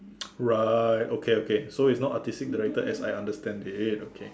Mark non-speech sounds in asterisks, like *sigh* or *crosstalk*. *noise* right okay okay so it's not artistic director as I understand it okay